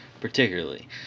particularly